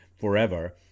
forever